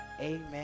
amen